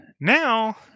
now